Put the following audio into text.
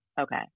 okay